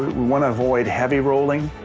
we want to avoid heavy rolling,